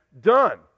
done